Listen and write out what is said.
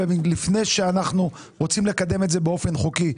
בטינג לפני שאנחנו רוצים לקדם את זה באופן חוקי.